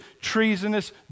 treasonous